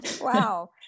Wow